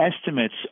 estimates